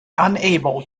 unable